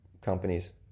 companies